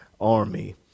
army